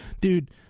Dude